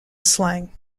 slang